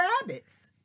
rabbits